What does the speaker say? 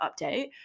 update